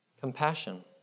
Compassion